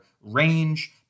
range